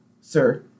sir